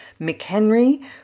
McHenry